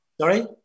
Sorry